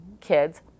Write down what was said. kids